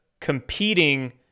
competing